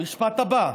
המשפט הבא: